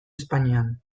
espainian